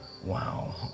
wow